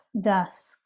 dusk